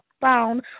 found